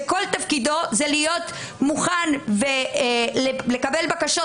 שכל תפקידו הוא להיות מוכן לקבל בקשות